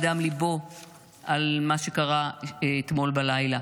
היא מדברת על כך שערבים עומדים אחד לצד השני במשפחה,